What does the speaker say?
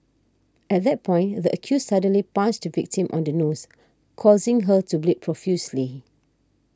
at that point the accused suddenly punched the victim on the nose causing her to bleed profusely